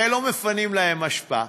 הרי לא מפנים להם אשפה,